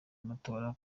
amatora